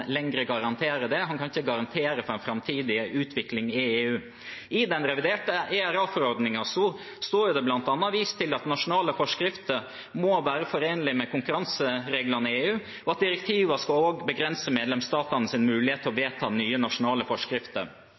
garantere for dette; han kan ikke garantere for den framtidige utviklingen i EU. I den reviderte ERA-forordningen blir det bl.a. vist til at nasjonale forskrifter må være forenlig med konkurransereglene i EU, og at direktivene også skal begrense medlemsstatenes mulighet til å vedta nye nasjonale forskrifter.